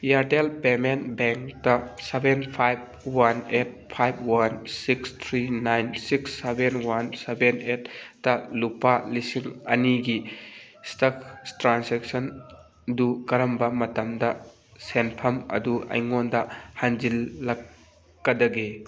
Airtel payment ꯕꯦꯡꯇ seven five one eight five one six three nine six seven one seven eight ꯇ ꯂꯨꯄꯥ ꯂꯤꯁꯤꯡ ꯑꯅꯤꯒꯤ ꯏꯁꯇꯛ ꯇ꯭ꯔꯥꯟꯁꯦꯛꯁꯟ ꯑꯗꯨ ꯀꯔꯝꯕ ꯃꯇꯝꯗ ꯁꯦꯟꯐꯝ ꯑꯗꯨ ꯑꯩꯉꯣꯟꯗ ꯍꯟꯖꯤꯜꯂꯛꯀꯗꯒꯦ